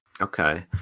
okay